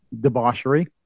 debauchery